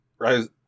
Right